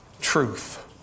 truth